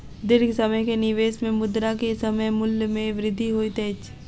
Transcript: दीर्घ समय के निवेश में मुद्रा के समय मूल्य में वृद्धि होइत अछि